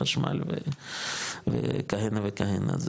חשמל וכהנה וכהנה.